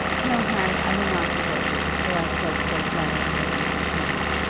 no, harry, i will not forget you, though i spoke so slightingly of you just now.